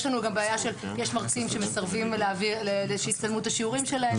יש בעיה שיש מרצים שמסרבים שיצלמו את השיעורים שלהם,